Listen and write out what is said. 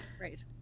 Right